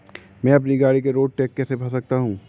मैं अपनी गाड़ी का रोड टैक्स कैसे भर सकता हूँ?